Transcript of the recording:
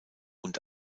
und